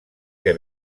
que